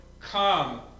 come